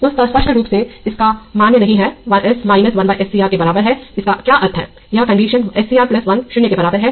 तो स्पष्ट रूप से इसका × मान्य नहीं है जब s 1 SCR के बराबर है इसका क्या अर्थ है क्या कंडीशन SCR 1 0 के बराबर है